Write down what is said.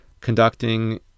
conducting